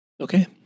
Okay